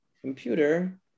computer